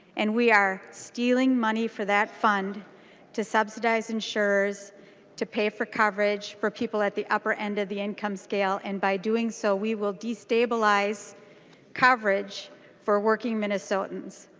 and we are stealing money for that fund to subsidize insurers to pay for coverage for people at the upper end of the income scale and by doing so we will destabilize coverage for working minnesotans.